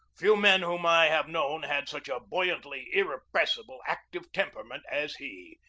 few men whom i have known had such a buoyantly irrepres sible, active temperament as he.